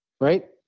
right